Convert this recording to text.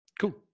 cool